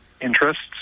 interests